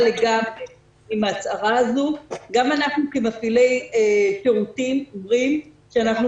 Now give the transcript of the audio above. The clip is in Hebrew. גם אנחנו כמפעילי שירותים אומרים שאנחנו